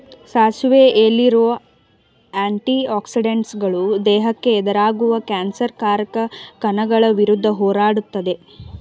ಸಾಸಿವೆ ಎಲೆಲಿರೋ ಆಂಟಿ ಆಕ್ಸಿಡೆಂಟುಗಳು ದೇಹಕ್ಕೆ ಎದುರಾಗುವ ಕ್ಯಾನ್ಸರ್ ಕಾರಕ ಕಣಗಳ ವಿರುದ್ಧ ಹೋರಾಡ್ತದೆ